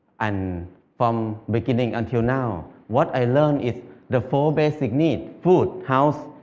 and from beginning until now, what i learned is the four basic needs food, house,